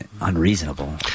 unreasonable